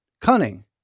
Cunning